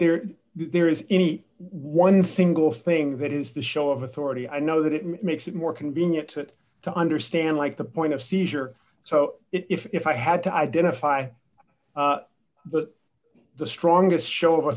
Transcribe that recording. there there is any one single thing that is the show of authority i know that it makes it more convenient to it to understand like the point of seizure so if i had to identify that the strongest show